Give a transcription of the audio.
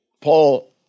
Paul